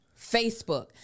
Facebook